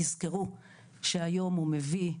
תזכרו שהיום הוא מביא,